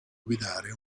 guidare